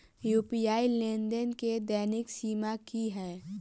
UPI लेनदेन केँ दैनिक सीमा की है?